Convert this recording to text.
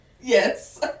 Yes